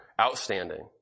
outstanding